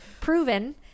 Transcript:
proven